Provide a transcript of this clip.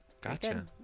Gotcha